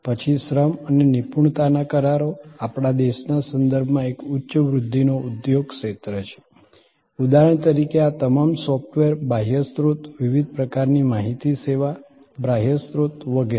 પછી શ્રમ અને નિપુણતાના કરારો આપણા દેશના સંદર્ભમાં એક ઉચ્ચ વૃદ્ધિનો ઉદ્યોગ ક્ષેત્ર છે ઉદાહરણ તરીકે આ તમામ સોફ્ટવેર બાહ્યસ્ત્રોત વિવિધ પ્રકારની માહિતી સેવા બાહ્યસ્ત્રોત વગેરે